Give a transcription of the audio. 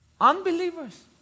Unbelievers